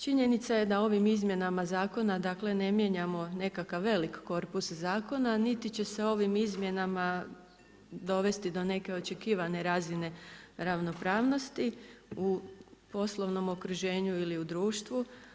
Činjenica je da ovim izmjenama zakona dakle ne mijenjamo nekakav veliki korpus zakona, niti će se ovim izmjenama dovesti do neke očekivane razine ravnopravnosti u poslovnom okruženju ili društvu.